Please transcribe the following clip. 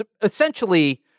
essentially